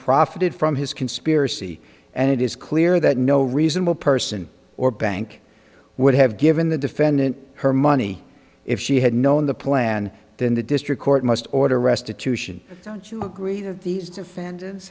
profited from his conspiracy and it is clear that no reasonable person or bank would have given the defendant her money if she had known the plan then the district court must order restitution don't you agree that these defendants